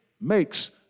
makes